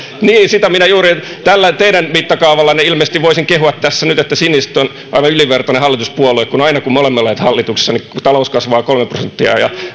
niin sitä minä juuri tällä teidän mittakaavallanne ilmeisesti voisin kehua tässä nyt että siniset on aivan ylivertainen hallituspuolue koska aina kun me olemme olleet hallituksessa talous on kasvanut kolme prosenttia ja